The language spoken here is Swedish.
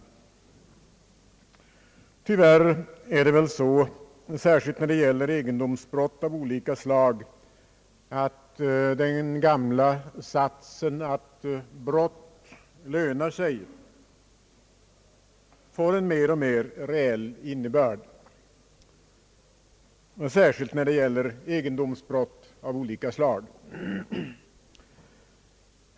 Tyvärr är det nog så att den gamla satsen att brott lönar sig får en alltmer reell innebörd, särskilt när det gäller egendomsbrott av olika slag.